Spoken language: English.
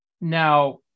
now